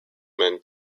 men